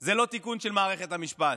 זה לא תיקון של מערכת המשפט,